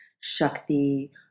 Shakti